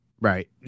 right